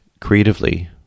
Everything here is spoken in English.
creatively